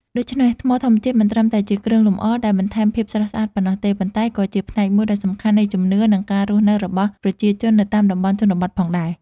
ដូច្នេះ ថ្មធម្មជាតិមិនត្រឹមតែជាគ្រឿងលម្អដែលបន្ថែមភាពស្រស់ស្អាតប៉ុណ្ណោះទេ ប៉ុន្តែក៏ជាផ្នែកមួយដ៏សំខាន់នៃជំនឿ និងការរស់នៅរបស់ប្រជាជននៅតាមតំបន់ជនបទផងដែរ។